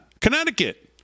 Connecticut